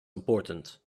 important